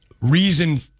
reason